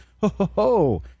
ho-ho-ho